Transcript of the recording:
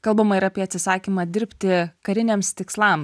kalbama ir apie atsisakymą dirbti kariniams tikslam